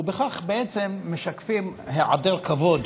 ובכך משקפים היעדר כבוד